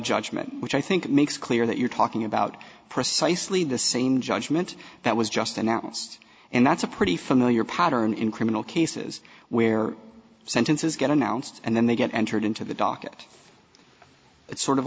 judgement which i think makes clear that you're talking about precisely the same judgement that was just announced and that's a pretty familiar pattern in criminal cases where sentences get announced and then they get entered into the docket it's sort of